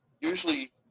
usually